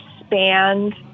expand